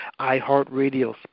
iHeartRadio